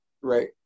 right